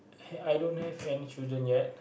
I don't have any children yet